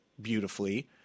beautifully